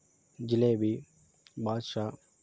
jalebi Badshah